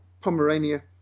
Pomerania